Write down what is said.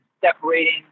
separating